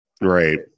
right